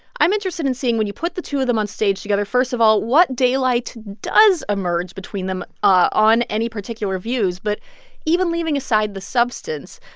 i'm interested in seeing, when you put the two of them onstage together first of all, what daylight does emerge between them on any particular views? but even leaving aside the substance,